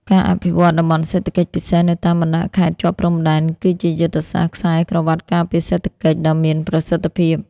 ការអភិវឌ្ឍ តំបន់សេដ្ឋកិច្ចពិសេស នៅតាមបណ្ដាខេត្តជាប់ព្រំដែន គឺជាយុទ្ធសាស្ត្រ "ខ្សែក្រវាត់ការពារសេដ្ឋកិច្ច" ដ៏មានប្រសិទ្ធភាព។